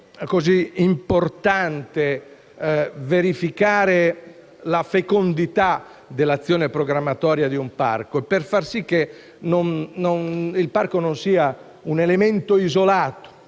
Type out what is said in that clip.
importante verificare la fecondità dell'azione programmatoria di un parco, per fare in modo che esso non sia un elemento isolato.